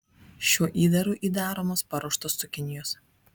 šiuo įdaru įdaromos paruoštos cukinijos